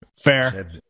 Fair